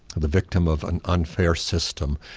the victim of an unfair system,